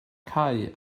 cau